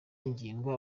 ingingo